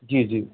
जी जी